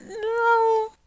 No